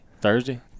Thursday